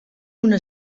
una